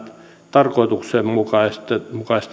tarkoituksenmukaisten